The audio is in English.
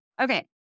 Okay